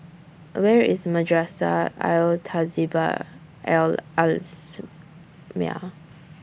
Where IS Madrasah Al Tahzibiah Al Islamiah